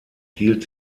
hielt